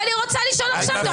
אבל היא רוצה לשאול עכשיו.